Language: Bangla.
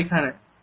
কোথায় এখানে